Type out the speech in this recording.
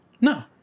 No